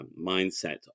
mindset